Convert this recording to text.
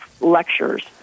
lectures